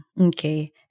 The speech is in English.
Okay